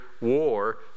war